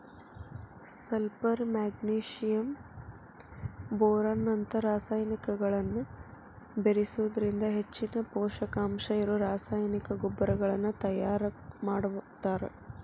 sulphur magnesium boron ನಂತ ರಸಾಯನಿಕಗಳನ್ನ ಬೇರಿಸೋದ್ರಿಂದ ಹೆಚ್ಚಿನ ಪೂಷಕಾಂಶ ಇರೋ ರಾಸಾಯನಿಕ ಗೊಬ್ಬರಗಳನ್ನ ತಯಾರ್ ಮಾಡ್ತಾರ